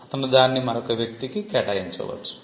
అతను దాన్ని మరొక వ్యక్తికి కేటాయించవచ్చు